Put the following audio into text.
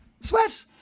Sweat